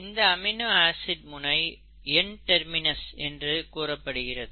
இந்த amino acid முனை N terminus என்று கூறப்படுகிறது